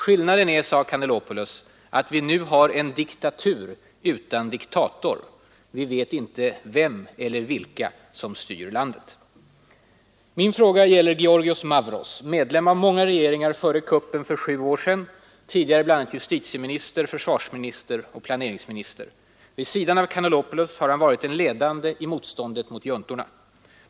Skillnaden är, sade Kannelopolous, att vi nu har en diktatur utan diktator. Vi vet inte vem eller vilka som styr landet. Min fråga gäller Giorgios Mavros — medlem av många regeringar före kuppen för sju år sedan, tidigare bl.a. justitieminister, försvarsminister och planeringsminister. Vid sidan av Kannelopolous har han varit en ledande i motståndet mot juntorna.